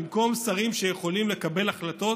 במקום שרים שיכולים לקבל החלטות